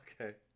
okay